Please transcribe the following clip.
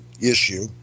issue